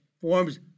forms